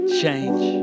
change